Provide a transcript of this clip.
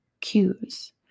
cues